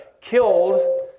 killed